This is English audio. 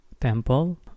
temple